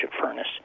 furnace